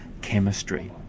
chemistry